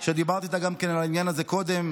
שגם דיברתי איתה על העניין הזה קודם,